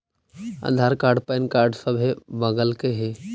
आधार card PAN card सभे मगलके हे?